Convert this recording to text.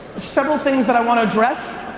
several things that i want to address,